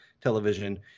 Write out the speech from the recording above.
television